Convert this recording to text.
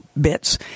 bits